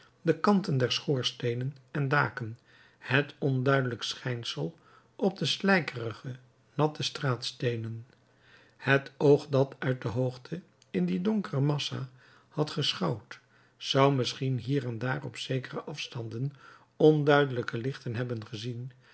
de kanten der schoorsteenen en daken het onduidelijk schijnsel op de slijkerige natte straatsteenen het oog dat uit de hoogte in die donkere massa had geschouwd zou misschien hier en daar op zekere afstanden onduidelijke lichten hebben gezien